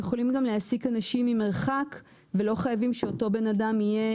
יכולים גם להעסיק אנשים ממרחק ולא חייבים שאותו אדם יהיה